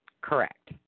Correct